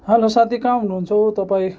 hello साथी कहाँ हुनुहुन्छ हौ तपाईँ